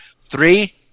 Three